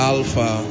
Alpha